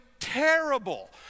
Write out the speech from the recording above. terrible